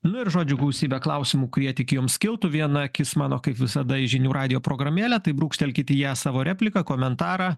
nu ir žodžiu gausybę klausimų kurie tik jums kiltų viena akis mano kaip visada į žinių radijo programėlę tai brūkštelkit į ją savo repliką komentarą